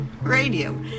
Radio